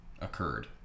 occurred